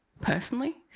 personally